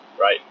Right